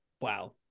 wow